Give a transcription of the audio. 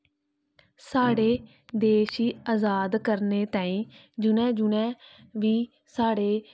साढ़े देश गी आजाद करने तांई जि'नें जि'नें बी साढ़े